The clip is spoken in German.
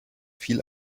viel